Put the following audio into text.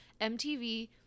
mtv